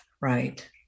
Right